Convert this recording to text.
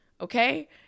okay